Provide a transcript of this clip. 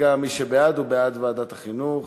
מי שבעד הוא בעד ועדת החינוך.